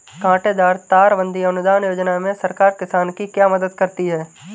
कांटेदार तार बंदी अनुदान योजना में सरकार किसान की क्या मदद करती है?